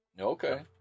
Okay